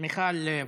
מיכל וולדיגר,